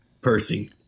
percy